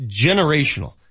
generational